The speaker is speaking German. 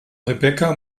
rebecca